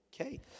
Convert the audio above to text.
Okay